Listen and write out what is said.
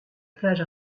plage